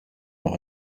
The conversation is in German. noch